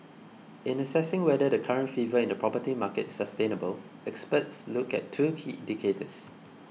in assessing whether the current fever in the property market is sustainable experts look at two key indicators